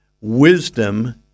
Wisdom